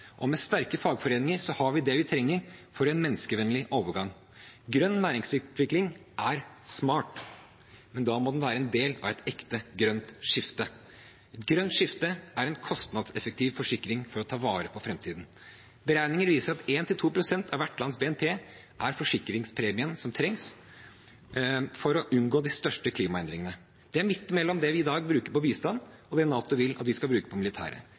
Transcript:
og med sterke fagforeninger har vi det vi trenger for en menneskevennlig overgang. Grønn næringsutvikling er smart, men da må det være en del av et ekte grønt skifte. Grønt skifte er en kostnadseffektiv forsikring for å ta vare på framtiden. Beregninger viser at 1–2 pst. av hvert lands BNP er forsikringspremien som trengs for å unngå de største klimaendringene. Det er midt mellom det vi i dag bruker på bistand, og det NATO vil at vi skal bruke på